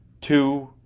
two